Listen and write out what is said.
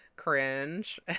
cringe